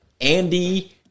Andy